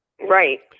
Right